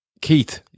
Keith